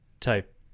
type